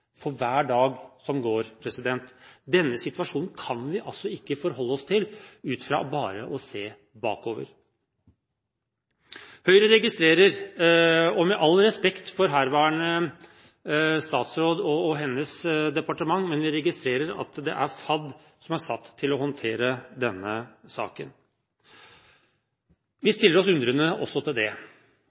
for hver dag som går. Denne situasjonen kan vi ikke forholde oss til ved bare å se bakover. Høyre registrerer – med all respekt for herværende statsråd og hennes departement – at det er FAD som er satt til å håndtere denne saken. Vi stiller oss undrende også til det.